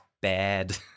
bad